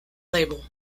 label